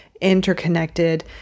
interconnected